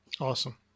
Awesome